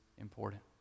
important